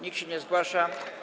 Nikt się nie zgłasza.